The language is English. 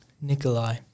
Nikolai